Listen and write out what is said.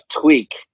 tweak